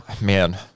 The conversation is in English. Man